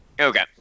okay